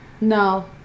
No